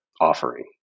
offering